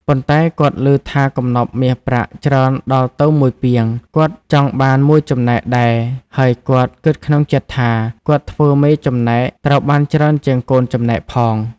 ប៉ុន្តែគាត់ឮថាកំណប់មាសប្រាក់ច្រើនដល់ទៅ១ ពាង គាត់ចង់បាន ១ ចំណែកដែរហើយគាត់គិតក្នុងចិត្តថា “គាត់ធ្វើមេចំណែកត្រូវបានច្រើនជាងកូនចំណែកផង ”។